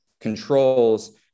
controls